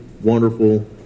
wonderful